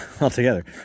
altogether